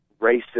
racist